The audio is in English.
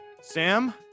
Sam